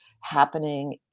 happening